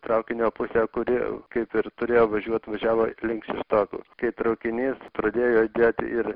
traukinio pusę kuri kaip ir turėjo važiuot važiavo link šeštokų kai traukinys pradėjo judėt ir